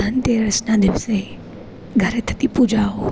ધન તેરસના દિવસે ઘરે થતી પૂજાઓ